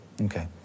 Okay